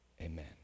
amen